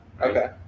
Okay